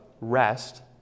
rest